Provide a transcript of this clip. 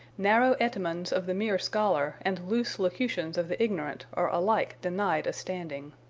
narrow etymons of the mere scholar and loose locutions of the ignorant are alike denied a standing.